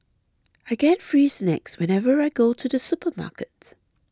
I get free snacks whenever I go to the supermarket